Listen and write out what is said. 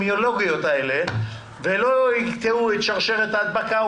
האפידמיולוגיות האלה ויקטעו את שרשרת ההדבקה,